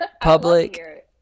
Public